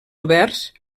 oberts